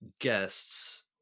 guests